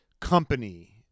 company